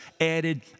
added